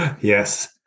Yes